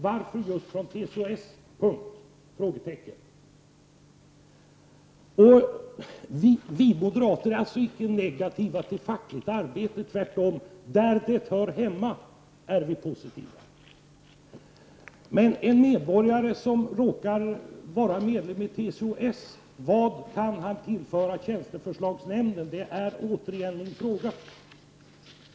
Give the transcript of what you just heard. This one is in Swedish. Vi moderater är inte negativa till fackligt arbete — tvärtom. Där det hör hemma är vi positiva till det. Men vad kan en medborgare som råkar vara medlem i TCO-S tillföra tjänsteförslagsnämnden? Det är återigen min fråga.